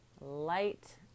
light